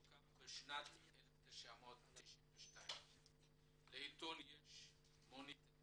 הוקם בשנת 1992. לעיתון יש מוניטין